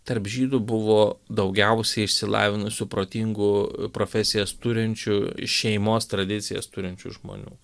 tarp žydų buvo daugiausiai išsilavinusių protingų profesijas turinčių šeimos tradicijas turinčių žmonių